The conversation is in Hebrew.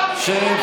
שב.